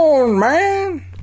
man